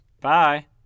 Bye